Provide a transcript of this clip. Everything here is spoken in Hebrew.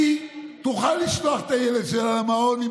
היא תוכל לשלוח את הילד שלה למעון עם